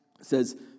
says